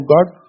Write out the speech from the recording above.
God